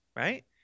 Right